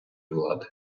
влади